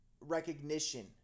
recognition